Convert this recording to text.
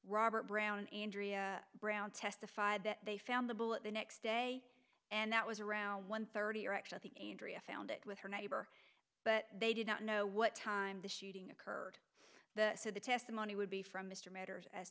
robert brown andrea brown testified that they found the bullet the next day and that was around one thirty or actually the adrian found it with her neighbor but they did not know what time the shooting occurred the said the testimony would be from mr matters as